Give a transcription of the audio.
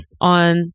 on